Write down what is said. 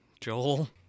Joel